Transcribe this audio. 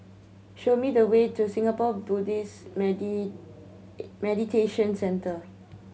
show me the way to Singapore Buddhist Meditation Centre